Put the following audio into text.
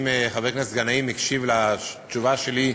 אם חבר הכנסת גנאים הקשיב לתשובה שלי,